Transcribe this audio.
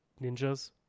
ninjas